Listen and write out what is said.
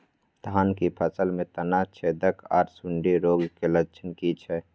धान की फसल में तना छेदक आर सुंडी रोग के लक्षण की छै?